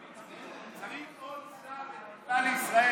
צריך עוד שר לתקווה לישראל,